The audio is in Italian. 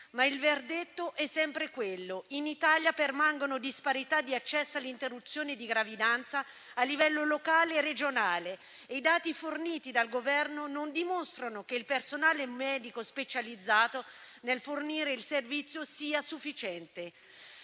Ma il verdetto è sempre quello: in Italia permangono disparità di accesso all'interruzione di gravidanza a livello locale e regionale e i dati forniti dal Governo non dimostrano che il personale medico specializzato nel fornire il servizio sia sufficiente.